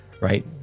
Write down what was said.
right